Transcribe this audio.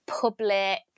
public